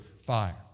fire